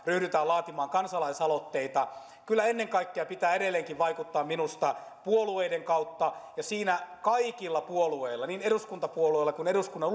ryhdytään laatimaan kansalaisaloitteita kyllä minusta ennen kaikkea pitää edelleenkin vaikuttaa puolueiden kautta ja siinä kaikilla puolueilla niin eduskuntapuolueilla kuin eduskunnan